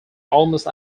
almost